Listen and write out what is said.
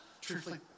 truthfully